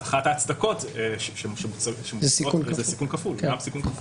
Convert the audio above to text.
אחת ההצדקות זה סיכון כפול.